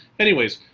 anyways.